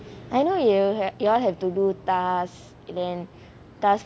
I know you have you all have to do tasks then task